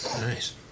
Nice